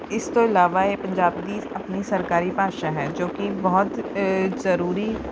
ਇਸ ਤੋਂ ਇਲਾਵਾ ਇਹ ਪੰਜਾਬੀ ਆਪਣੀ ਸਰਕਾਰੀ ਭਾਸ਼ਾ ਹੈ ਜੋ ਕੀ ਬਹੁਤ ਜ਼ਰੂਰੀ